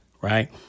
right